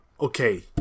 okay